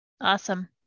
Awesome